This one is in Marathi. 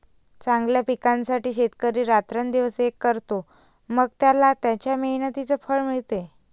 चांगल्या पिकासाठी शेतकरी रात्रंदिवस एक करतो, मग त्याला त्याच्या मेहनतीचे फळ मिळते